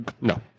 No